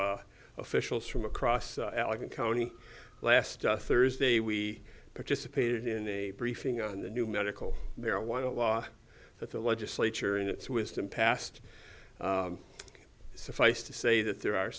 officials from across allegheny county last thursday we participated in a briefing on the new medical marijuana law that the legislature in its wisdom passed suffice to say that there are